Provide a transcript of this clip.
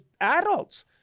adults